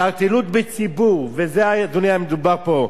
התערטלות בציבור, ובזה, אדוני, היה מדובר פה,